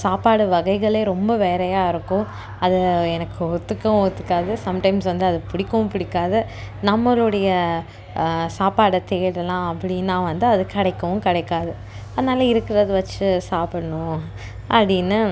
சாப்பாடு வகைகளே ரொம்ப வேறயா இருக்கும் அது எனக்கு ஒத்துக்கவும் ஒத்துக்காது சம்டைம்ஸ் வந்து அது பிடிக்கவும் பிடிக்காது நம்மளுடைய சாப்பாடை தேடலாம் அப்படின்னா வந்து அது கிடைக்கவும் கிடைக்காது அதனால இருக்கிறத வச்சு சாப்பிட்ணும் அப்படின்னு